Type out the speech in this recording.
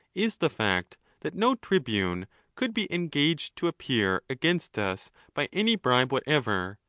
is the fact, that no tribune could be engaged to appear against us by any bribe whatever,